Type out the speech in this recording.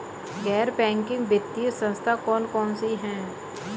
गैर बैंकिंग वित्तीय संस्था कौन कौन सी हैं?